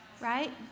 Right